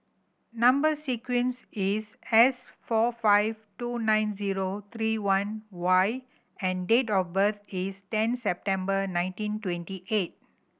number sequence is S four five two nine zero three one Y and date of birth is ten September nineteen twenty eight